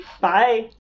Bye